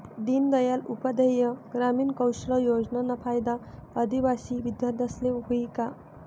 दीनदयाल उपाध्याय ग्रामीण कौशल योजनाना फायदा आदिवासी विद्यार्थीस्ले व्हयी का?